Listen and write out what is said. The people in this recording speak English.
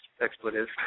expletive